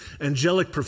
Angelic